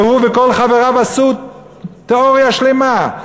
והוא וכל חבריו עשו תיאוריה שלמה.